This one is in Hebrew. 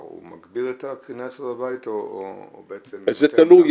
הוא מגביר את הקרינה אצלו בבית או בעצם -- זה תלוי,